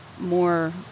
more